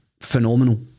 phenomenal